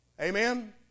Amen